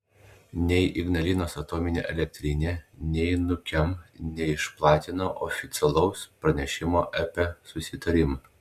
nei ignalinos atominė elektrinė nei nukem neišplatino oficialaus pranešimo apie susitarimą